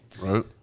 Right